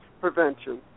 prevention